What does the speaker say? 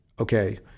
okay